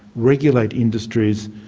regulate industries,